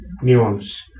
Nuance